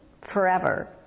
forever